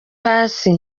paccy